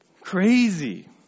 Crazy